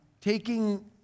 taking